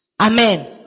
Amen